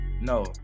No